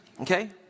okay